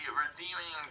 redeeming